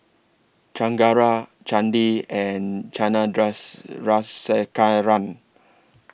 Chengara Chandi and China Just Run